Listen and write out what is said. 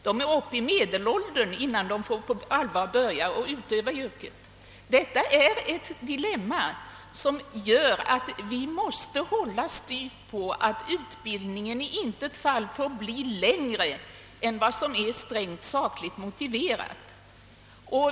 De är uppe i medelåldern innan de på allvar får börja utöva sitt yrke. Detta är ett dilemma, och vi måste hålla styvt på att utbildningen i intet fall får bli längre än vad som är sakligt motiverat.